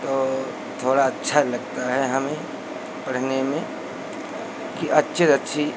तो थोड़ा अच्छा लगता है हमें पढ़ने में कि अच्छे से अच्छी